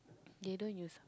they don't use